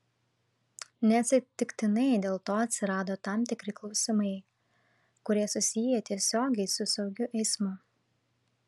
neatsitiktinai dėl to atsirado tam tikri klausimai kurie susiję tiesiogiai su saugiu eismu